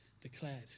declared